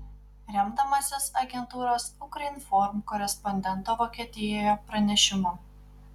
remdamasis agentūros ukrinform korespondento vokietijoje pranešimu